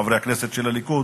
חברי הכנסת של הליכוד,